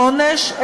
העונש,